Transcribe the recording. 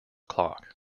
clock